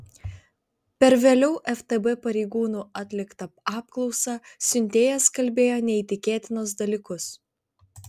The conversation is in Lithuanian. per vėliau ftb pareigūnų atliktą apklausą siuntėjas kalbėjo neįtikėtinus dalykus